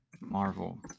Marvel